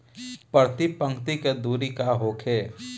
प्रति पंक्ति के दूरी का होखे?